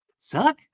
suck